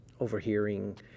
overhearing